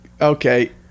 Okay